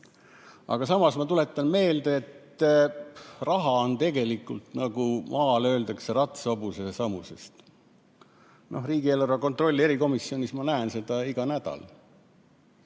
mure. Samas ma tuletan meelde, et raha on tegelikult, nagu maal öeldakse, ratsahobuse seesamuses. Riigieelarve kontrolli erikomisjonis ma näen seda iga nädal.